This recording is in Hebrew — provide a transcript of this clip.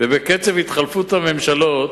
ובקצב התחלפות הממשלות,